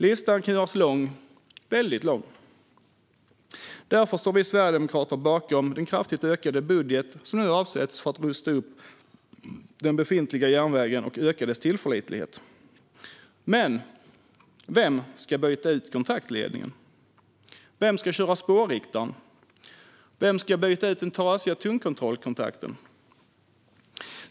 Listan kan göras lång - väldigt lång. Därför står vi Sverigedemokrater bakom den kraftigt ökade budget som nu avsätts för att rusta upp den befintliga järnvägen och öka dess tillförlitlighet. Men vem ska byta ut kontaktledningen? Vem ska köra spårriktaren? Vem ska byta ut den trasiga tungkontrollkontakten?